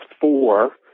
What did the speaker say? four